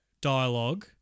dialogue